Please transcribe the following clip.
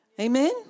Amen